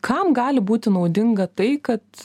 kam gali būti naudinga tai kad